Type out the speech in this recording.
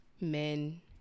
men